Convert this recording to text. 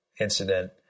incident